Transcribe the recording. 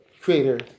creator